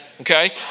Okay